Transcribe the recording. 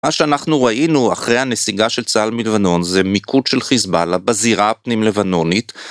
מה שאנחנו ראינו אחרי הנסיגה של צה״ל מלבנון זה מיקוד של חיזבאללה בזירה הפנים לבנונית